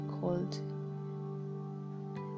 called